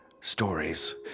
stories